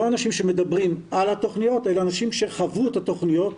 לא אנשים שמדברים על התכניות אלא אנשים שחוו את התכניות,